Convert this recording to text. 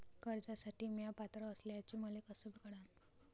कर्जसाठी म्या पात्र असल्याचे मले कस कळन?